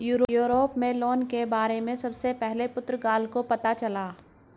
Europe में loan के बारे में सबसे पहले पुर्तगाल को पता चला